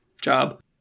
job